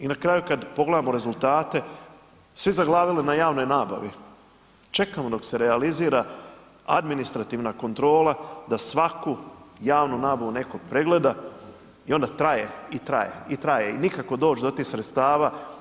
I na kraju kada pogledamo rezultate svi zaglavili na javnoj nabavi, čekamo dok se realizirala administrativna kontrola da svaku javnu nabavu neko pregleda i onda traje i traje i nikako doć do tih sredstava.